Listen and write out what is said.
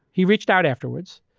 he reached out afterwards.